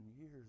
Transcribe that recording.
years